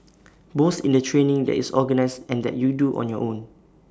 both in the training that is organised and that you do on your own